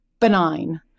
benign